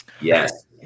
Yes